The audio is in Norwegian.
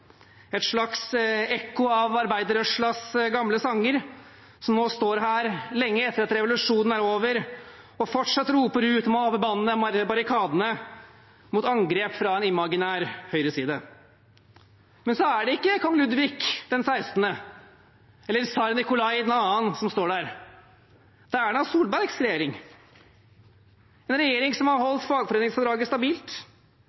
et slags ekko av arbeiderrørslas gamle sangere, som nå står her, lenge etter at revolusjonen er over, og fortsatt roper ut om å heve bannerne på barrikadene mot angrep fra en imaginær høyreside. Men så er det ikke kong Ludvig XVI eller tsar Nicolaj II som står der. Det er Erna Solbergs regjering – en regjering som har